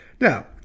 Now